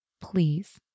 please